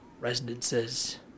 residences